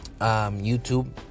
YouTube